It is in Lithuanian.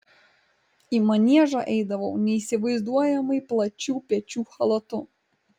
į maniežą eidavau neįsivaizduojamai plačių pečių chalatu